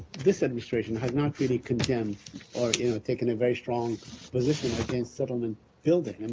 this administration has not really condemned or taken a very strong position against settlement building. and